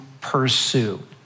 pursue